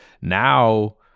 now